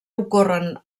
ocorren